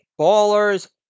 ballers